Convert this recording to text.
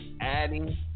adding